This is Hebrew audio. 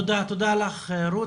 תודה לך, רות.